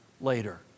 later